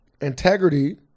Integrity